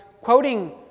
quoting